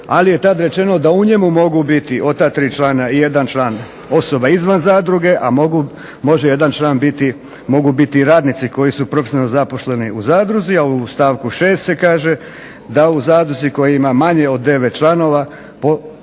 ali je tad rečeno da u njemu mogu biti od ta tri člana i jedan član osoba izvan zadruge, a može jedan član biti, mogu biti radnici koji su profesionalno zaposleni u zadruzi. A u stavku 6. se kaže da u zadruzi koja ima manje od 20 članova, poslove